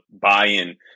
buy-in